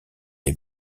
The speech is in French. les